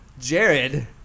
Jared